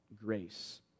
grace